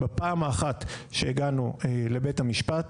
בפעם האחת שהגענו לבית המשפט